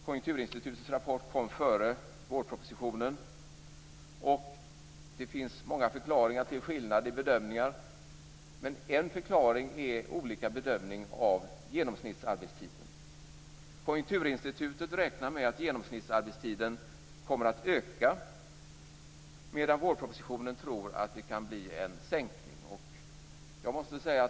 Konjunkturinstitutets rapport kom före vårpropositionen. Det finns många förklaringar till skillnader i bedömningar. En förklaring är olika bedömning av genomsnittsarbetstiden. Konjunkturinstitutet räknar med att genomsnittsarbetstiden kommer att öka, medan regeringen i vårpropositionen tror att det kan bli en sänkning.